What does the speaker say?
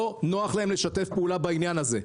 לא נוח להן לשתף פעולה בעניין הזה.